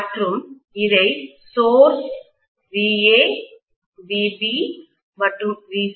மற்றும் இவை source VA VB மற்றும் VC